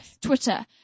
Twitter